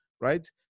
Right